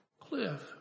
cliff